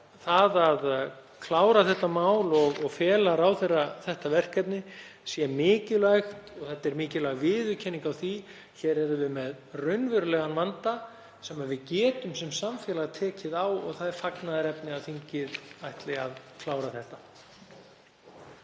að klára þetta mál og fela ráðherra þetta verkefni. Þetta er mikilvæg viðurkenning á því að hér erum við með raunverulegan vanda sem við getum sem samfélag tekið á. Það er fagnaðarefni að þingið ætli að klára þetta.